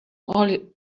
also